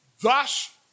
thus